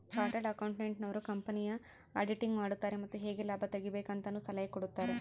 chartered accountant ನವರು ಕಂಪನಿಯ auditing ಮಾಡುತಾರೆ ಮತ್ತು ಹೇಗೆ ಲಾಭ ತೆಗಿಬೇಕು ಅಂತನು ಸಲಹೆ ಕೊಡುತಾರೆ